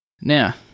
Now